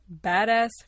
badass